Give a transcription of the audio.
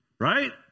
right